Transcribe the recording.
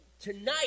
tonight